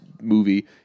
movie